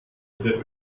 der